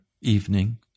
evening